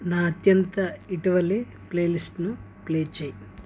నా అత్యంత ఇటీవలి ప్లే లిస్టును ప్లే చేయి